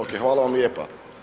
Okej, hvala vam lijepa.